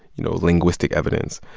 you know, linguistic evidence.